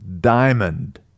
diamond